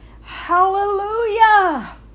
Hallelujah